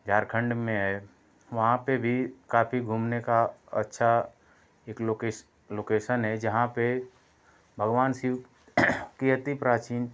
झारखंड में है वहाँ पे भी काफ़ी घूमने का अच्छा एक लोकस लोकेसन है जहाँ पर भगवान शिव के अति प्राचीन